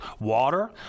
water